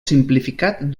simplificat